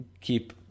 keep